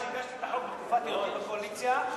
שהגשתי את החוק בתקופת היותי בקואליציה,